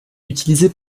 utilisée